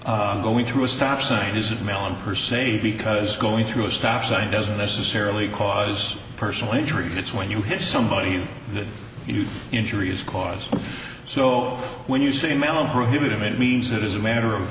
injury going through a stop sign isn't mallon per se because going through a stop sign doesn't necessarily cause personal injury it's when you hit somebody that you injuries caused so when you say mellow prohibitive it means that as a matter of